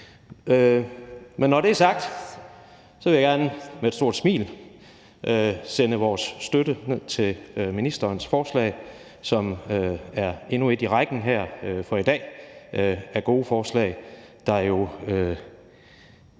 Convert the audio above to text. Men når det er sagt, vil jeg gerne med et stort smil sende vores støtte til ministerens forslag, som er endnu et i rækken her i dag af gode forslag,